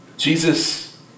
Jesus